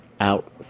out